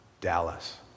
Dallas